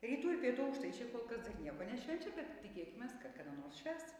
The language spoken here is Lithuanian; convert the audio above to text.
rytų ir pietų aukštaičiai kol kas dar nieko nešvenčia bet tikėkimės kad kada nors švęs